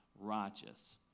righteous